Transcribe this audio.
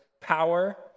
power